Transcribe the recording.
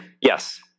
Yes